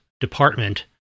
department